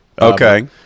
Okay